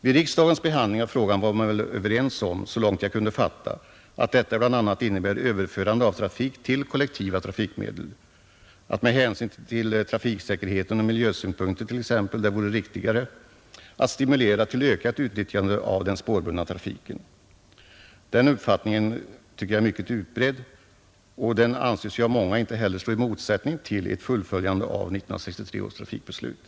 Vid riksdagens behandling av frågan var man väl överens om, så långt jag kunde fatta, att detta bl.a. innebär överförande av trafik till kollektiva trafikmedel och att det med hänsyn till trafiksäkerheten och miljösynpunkterna t.ex. vore riktigare att stimulera till ökat utnyttjande av den spårbundna trafiken. Den uppfattningen är mycket utbredd och anses av många inte heller stå i motsättning till ett fullföljande av 1963 års trafikbeslut.